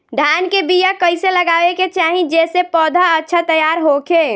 धान के बीया कइसे लगावे के चाही जेसे पौधा अच्छा तैयार होखे?